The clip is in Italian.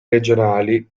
regionali